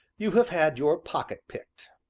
you have had your pocket picked.